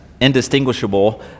indistinguishable